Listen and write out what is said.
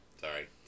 Sorry